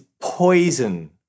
poison